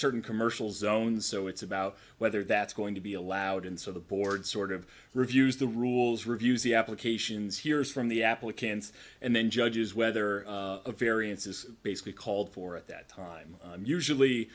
certain commercial zone so it's about whether that's going to be allowed and so the board sort of reviews the rules reviews the applications hears from the applicants and then judges whether a variance is basically called for at that time usually